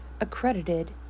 Accredited